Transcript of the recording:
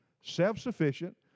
self-sufficient